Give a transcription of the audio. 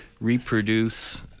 reproduce